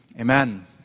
Amen